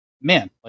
man